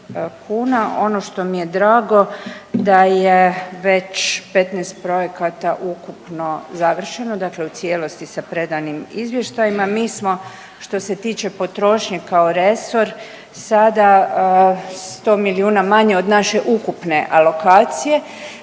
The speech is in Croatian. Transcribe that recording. Ono što mi je drago da je već 15 projekata ukupno završeno, dakle u cijelosti sa predanim izvještajima. Mi smo što se tiče potrošnje kao resor sada 100 milijuna manje od naše ukupne alokacije,